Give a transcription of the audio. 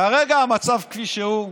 כרגע, במצב כפי שהוא,